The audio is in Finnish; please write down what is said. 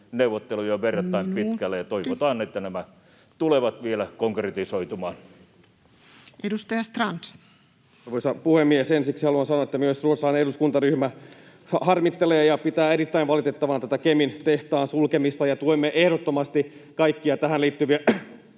[Puhemies: Minuutti!] pitkällä, ja toivotaan, että nämä tulevat vielä konkretisoitumaan. Edustaja Strand. Arvoisa puhemies! Ensiksi haluan sanoa, että myös ruotsalainen eduskuntaryhmä harmittelee ja pitää erittäin valitettavana tätä Kemin tehtaan sulkemista, ja tuemme ehdottomasti kaikkia tähän liittyviä